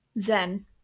zen